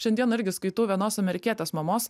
šiandieną irgi skaitau vienos amerikietės mamos